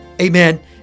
amen